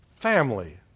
family